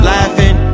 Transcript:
Laughing